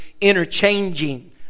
interchanging